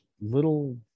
little